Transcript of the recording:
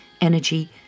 energy